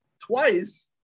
twice